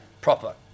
proper